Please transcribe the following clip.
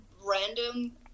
random